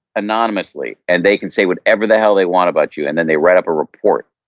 anonymously and they can say whatever the hell they want about you, and then they write up a report,